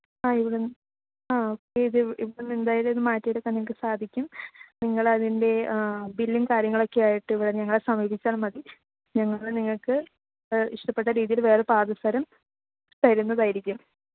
ആ ഇവിടെ ആ ഏത് ഇവിടുന്ന് എന്ത് ആയാലും ഇത് മാറ്റിയെടുക്കാന് നിങ്ങൾക്ക് സാധിക്കും നിങ്ങൾ അതിന്റെ ബില്ലും കാര്യങ്ങളൊക്കെ ആയിട്ട് ഇവിടെ ഞങ്ങളെ സമീപിച്ചാല് മതി ഞങ്ങൾ നിങ്ങൾക്ക് ഇഷ്ടപ്പെട്ട രീതിയിൽ വേറൊരു പാദസരം തരുന്നതായിരിക്കും